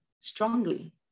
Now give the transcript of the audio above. strongly